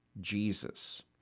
Jesus